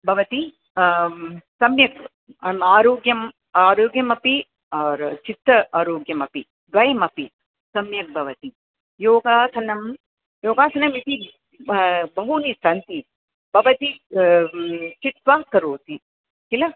भवती सम्यक् आरोग्यम् आरोग्यमपि और् चित्त आरोग्यमपि द्वयमपि सम्यक् भवति योगासनं योगासनमिति बहूनि सन्ति भवती चित्वा करोति किल